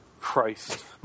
Christ